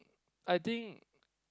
I think